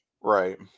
right